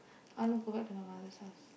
I wanna go back to my mother's house